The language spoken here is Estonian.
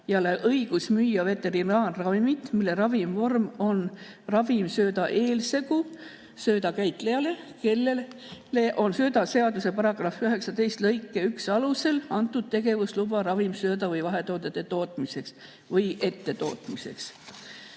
omajale õigus müüa veterinaarravimit, mille ravimvorm on ravimsööda eelsegu, sööda käitlejale, kellele on söödaseaduse § 19 lõike 1 alusel antud tegevusluba ravimsööda või vahetoodete tootmiseks või ette tootmiseks.